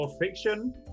fiction